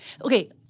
okay